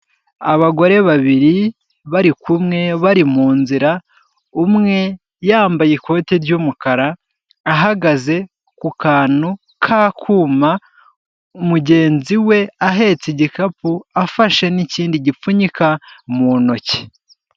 Abagore babiri barikumwe bahuriye mu nzira umwe yambaye ikote ry'umukara ahagaze ku kantu ka kuma mugenzi we ahetse igikapu afashe n'ikindi gipfunyika mu ntoki.